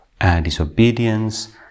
disobedience